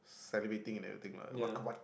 salivating and everything lah what what